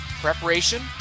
preparation